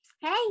Hey